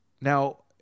Now